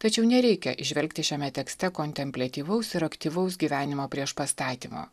tačiau nereikia įžvelgti šiame tekste kontempliatyvaus ir aktyvaus gyvenimo prieš pastatymo